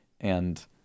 And-